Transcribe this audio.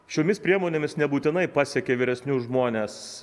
šiomis priemonėmis nebūtinai pasiekia vyresnius žmones